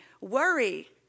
worry